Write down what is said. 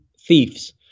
thieves